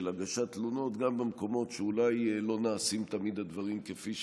הגשת תלונות גם במקומות שאולי לא נעשים תמיד הדברים כפי שצריך.